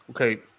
Okay